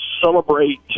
celebrate